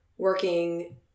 Working